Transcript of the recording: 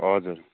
हजुर